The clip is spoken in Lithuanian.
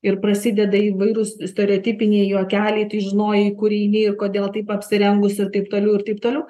ir prasideda įvairūs stereotipiniai juokeliai tai žinojai kur eini ir kodėl taip apsirengus ir taip toliau ir taip toliau